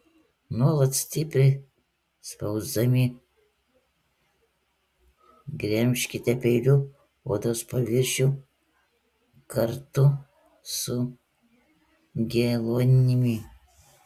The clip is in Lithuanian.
nuolat stipriai spausdami gremžkite peiliu odos paviršių kartu su geluonimi